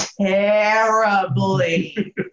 terribly